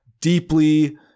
deeply